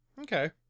Okay